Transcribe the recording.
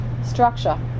structure